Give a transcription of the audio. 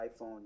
iPhone